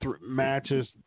matches